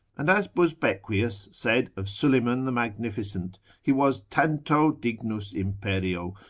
and as busbequius said of suleiman the magnificent, he was tanto dignus imperio,